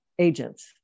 agents